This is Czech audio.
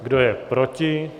Kdo je proti?